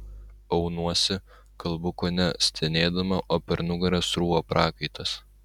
aunuosi kalbu kone stenėdama o per nugarą srūva prakaitas